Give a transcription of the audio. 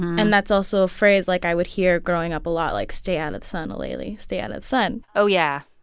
and that's also a phrase like i would hear growing up a lot, like, stay out of the sun, aleli. stay out of sun oh, yeah.